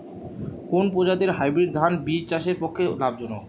কোন প্রজাতীর হাইব্রিড ধান বীজ চাষের পক্ষে লাভজনক?